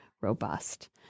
robust